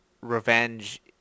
revenge